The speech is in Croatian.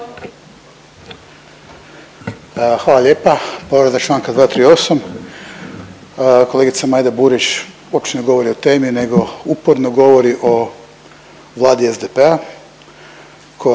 Hvala lijepa. Povreda čl. 238. Kolegica Majda Burić uopće ne govori o temi nego uporno govori o vladi SDP-a koja